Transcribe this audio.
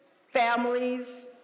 families